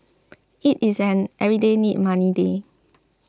it is an everyday need money day